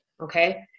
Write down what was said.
Okay